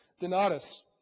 Donatus